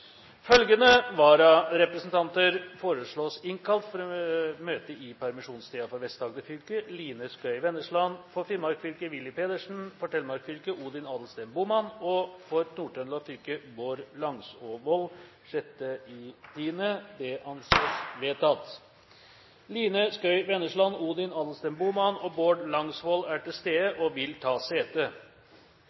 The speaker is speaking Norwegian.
Følgende vararepresentanter foreslås innkalt for å møte i permisjonstiden: For Vest-Agder fylke: Line Skøii Vennesland 6. oktober For Finnmark fylke: Willy Pedersen fra og med 11. oktober til og med 21. oktober For Telemark fylke: Odin Adelsten Bohmann 6. oktober For Nord-Trøndelag fylke: Bård Langåsvold 6. oktober – Det anses vedtatt. Line Skøii Vennesland, Odin Adelsten Bohmann og Bård Langåsvold er til stede og vil ta